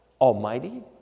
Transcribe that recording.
almighty